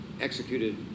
executed